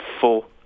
full